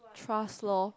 trust loh